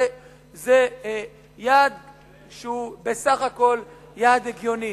וזה יעד שהוא בסך הכול יעד הגיוני.